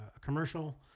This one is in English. commercial